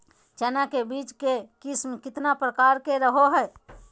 चना के बीज के किस्म कितना प्रकार के रहो हय?